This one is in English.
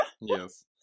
Yes